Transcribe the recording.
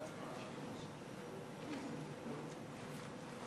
גברתי היושבת-ראש, תודה לך,